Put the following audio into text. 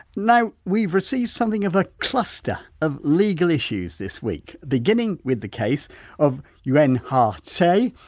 now, we've received something of a cluster of legal issues this week, beginning with the case of yuen har tse.